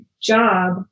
job